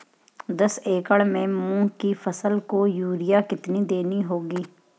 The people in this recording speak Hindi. दस एकड़ में मूंग की फसल को यूरिया कितनी देनी होगी?